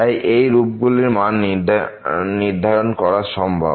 তাই এই রূপগুলির মান নির্ধারণ করা সম্ভব